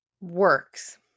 works